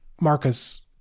Marcus